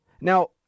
Now